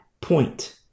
point